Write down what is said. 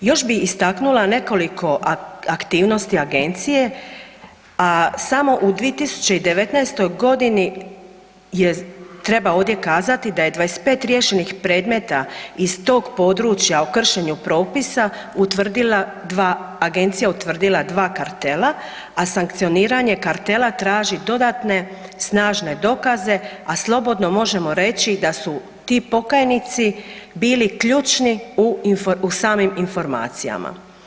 Još bih istaknula nekoliko aktivnosti agencije a samo 2019. g. je, treba ovdje kazati da je 25 riješenih predmeta iz tog područja o kršenju propisa utvrdila 2, Agencija utvrdila 2 kartela, a sankcioniranje kartela traži dodatne snažne dokaze, a slobodno možemo reći da su ti pokajnici bili ključni u samim informacijama.